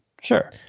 sure